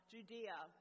Judea